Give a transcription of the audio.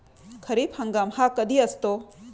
खरीप हंगाम हा कधी असतो?